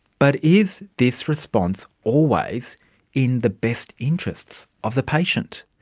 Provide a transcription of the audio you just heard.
but is this response always in the best interests of the patient?